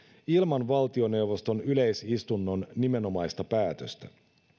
ilman valtioneuvoston yleisistunnon nimenomaista päätöstä